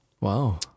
Wow